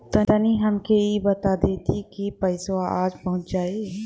तनि हमके इ बता देती की पइसवा आज पहुँच जाई?